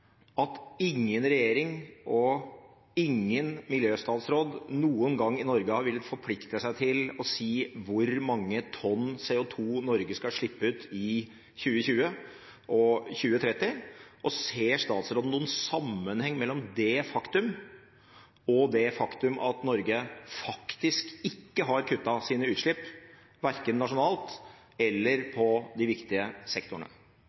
at ingen regjering og ingen miljøstatsråd i Norge noen gang har villet forplikte seg til å si hvor mange tonn CO2 Norge skal slippe ut i 2020 og 2030? Og ser statsråden noen sammenheng mellom det faktumet og det faktum at Norge faktisk ikke har kuttet sine utslipp, verken nasjonalt eller i de viktige sektorene?